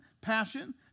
passion